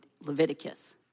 Leviticus